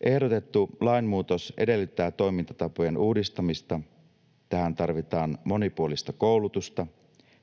Ehdotettu lainmuutos edellyttää toimintatapojen uudistamista. Tähän tarvitaan monipuolista koulutusta,